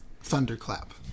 Thunderclap